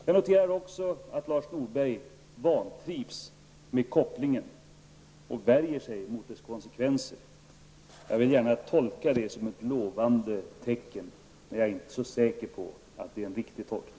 Jag noterar också att Lars Norberg vantrivs med kopplingen och värjer sig mot dess konsekvenser. Jag vill gärna tolka det som ett lovande tecken, men jag är inte så säker på att det är en riktig tolkning.